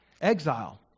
Exile